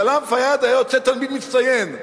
סלאם פיאד היה יוצא תלמיד מצטיין.